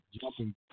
jumping